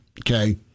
okay